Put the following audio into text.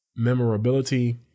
memorability